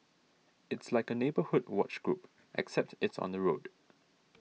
it's like a neighbourhood watch group except it's on the road